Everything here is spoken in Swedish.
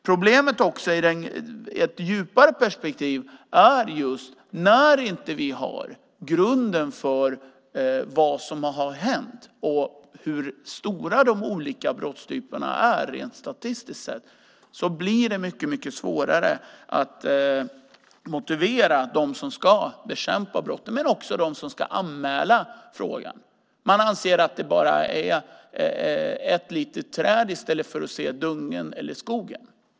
Problemet i ett djupare perspektiv är när vi inte har bakgrunden till vad som har hänt och omfattningen av de olika brottstyperna rent statistiskt sett. Då blir det mycket svårare att motivera dem som ska bekämpa brotten men också dem som ska anmäla dem. Man anser att det bara är ett litet träd i stället för att se dungen eller skogen.